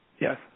Yes